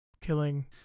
killing